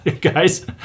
guys